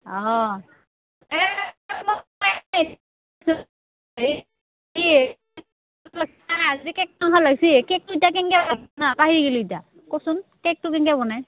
অঁ কি এই আজি কেকটো ভাল হৈছি কেকটো এতিয়া কেনকে বনাম ন পাহৰি গ'লোঁ এতিয়া ক'চোন কেকটো কেনকে বনায়